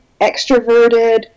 extroverted